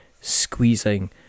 squeezing